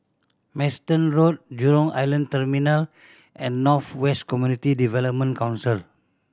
Manston Road Jurong Island Terminal and North West Community Development Council